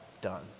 done